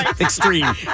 extreme